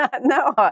No